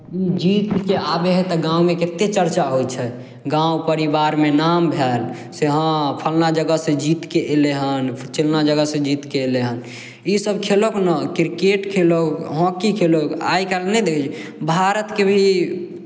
ई जीत कऽ आबै हइ तऽ गाँवमे कतेक चर्चा होइ छै गाँव परिवारमे नाम भेल से हँ फल्लाँ जगहसँ जीत कऽ अयलै हन चिल्लाँ जगहसँ जीत कऽ अयलै हन इसभ खेलथु ने क्रिकेट खेलहु हॉकी खेलहु आइ काल्हि नहि देखै छियै भारतके भी